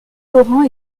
laurent